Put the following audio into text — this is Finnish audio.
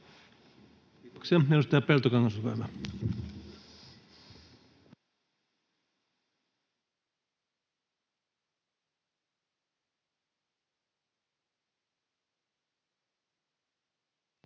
Kiitoksia. — Edustaja Peltokangas, olkaa hyvä.